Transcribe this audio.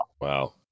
Wow